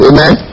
Amen